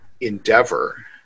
endeavor